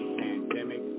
pandemic